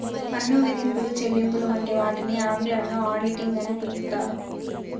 పన్ను విధింపులు, చెల్లింపులు వంటి వాటిని ఆంగ్లంలో ఆడిటింగ్ అని పిలుత్తారు